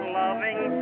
loving